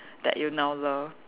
that you now love